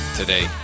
today